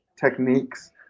techniques